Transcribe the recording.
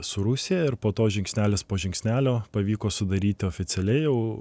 su rusija ir po to žingsnelis po žingsnelio pavyko sudaryti oficialiai jau